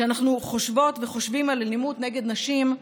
כשאנחנו חושבות וחושבים על אלימות נגד נשים,